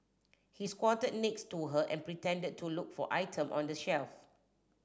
he squatted next to her and pretended to look for item on the shelf